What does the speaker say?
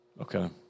Okay